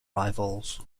rivals